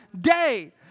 day